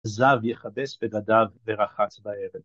‫זב יכבס בגדיו ורחץ בערב.